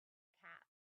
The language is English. cap